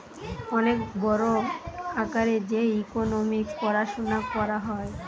অনেক বড় আকারে যে ইকোনোমিক্স পড়াশুনা করা হয়